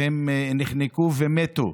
והם נחנקו ומתו,